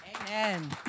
Amen